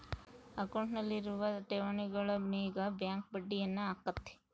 ಅಕೌಂಟ್ನಲ್ಲಿರುವ ಠೇವಣಿಗಳ ಮೇಗ ಬ್ಯಾಂಕ್ ಬಡ್ಡಿಯನ್ನ ಹಾಕ್ಕತೆ